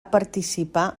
participar